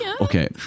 Okay